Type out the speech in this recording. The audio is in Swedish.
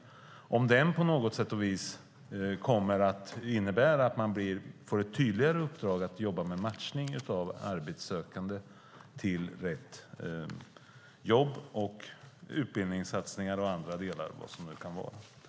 Kommer den på något sätt att innebära att man får ett tydligare uppdrag att jobba med matchning av arbetssökande till rätt jobb, utbildningssatsningar och annat?